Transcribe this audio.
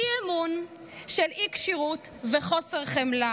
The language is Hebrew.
אי-אמון של אי-כשירות וחוסר חמלה.